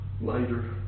Later